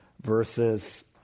versus